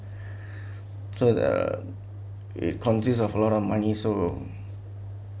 so the it consists of a lot of money so